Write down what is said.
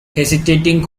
hesitating